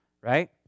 right